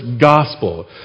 gospel